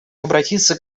обратиться